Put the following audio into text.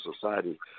society